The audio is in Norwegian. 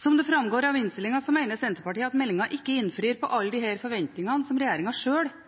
Som det framgår av innstillingen, mener Senterpartiet at meldingen ikke innfrir på alle disse forventningene, som regjeringen sjøl